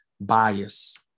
bias